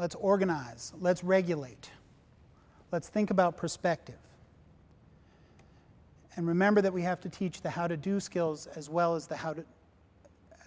let's organize let's regulate let's think about perspective and remember that we have to teach them how to do skills as well as the how to